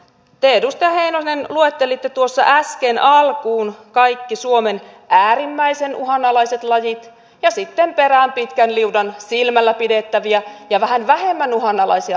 te edustaja heinonen luettelitte tuossa äsken alkuun kaikki suomen äärimmäisen uhanalaiset lajit ja sitten perään pitkän liudan silmällä pidettäviä ja vähän vähemmän uhanalaisia lajeja